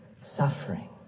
suffering